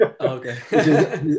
Okay